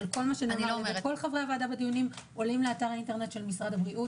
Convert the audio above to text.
כל חברי הוועדה עולים לאתר האינטרנט של משרד הבריאות.